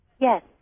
Yes